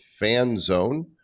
FanZone